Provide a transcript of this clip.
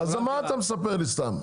אז מה אתה מספר לי סתם?